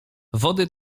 wody